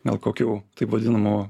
gal kokių taip vadinamų